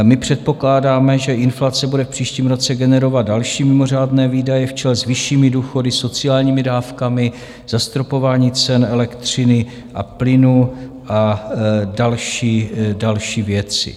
My předpokládáme, že inflace bude v příštím roce generovat další mimořádné výdaje v čele s vyššími důchody, sociálními dávkami, zastropování cen elektřiny a plynu a další věci.